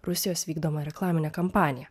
rusijos vykdoma reklaminė kampanija